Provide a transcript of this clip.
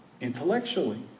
intellectually